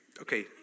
Okay